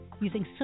using